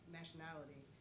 nationality